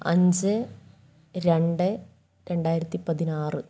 അഞ്ച് രണ്ട് രണ്ടായിരത്തിപ്പതിനാറ്